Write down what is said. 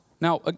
Now